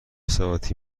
ساعتی